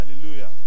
Hallelujah